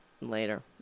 later